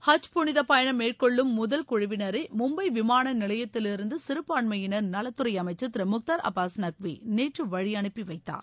ஹஜ் புனித பயணம் மேற்கொள்ளும் முதல் குழுவினரை மும்பை விமான நிலையத்திலிருந்து சிறுபான்மையினர் நலத்துறை அமைச்சர் திரு முக்தார் அப்பாஸ் நக்வி நேற்று வழியனுப்பி வைத்தார்